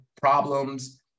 problems